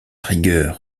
rigueur